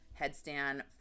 headstand